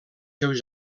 seus